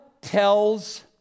tells